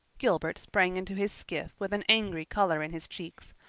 gilbert sprang into his skiff with an angry color in his cheeks.